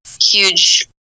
huge